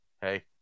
Hey